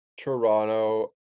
Toronto